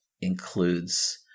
includes